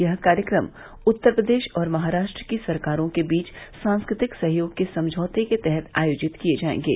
यह कार्यक्रम उत्तर प्रदेश और महाराष्ट्र की सरकारों के बीच सांस्कृतिक सहयोग के समझौते के तहत आयोजित किये जायेंगे